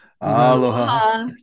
Aloha